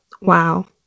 wow